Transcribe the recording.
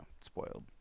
spoiled